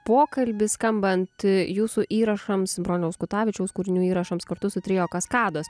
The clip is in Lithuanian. pokalbį skambant jūsų įrašams broniaus kutavičiaus kūrinių įrašams kartu su trio kaskados